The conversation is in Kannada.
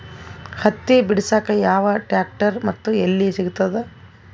ಹತ್ತಿ ಬಿಡಸಕ್ ಯಾವ ಟ್ರ್ಯಾಕ್ಟರ್ ಮತ್ತು ಎಲ್ಲಿ ಸಿಗತದ?